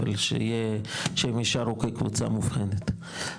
אבל שהם יישארו כקבוצה מאובחנת.